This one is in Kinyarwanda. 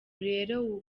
rero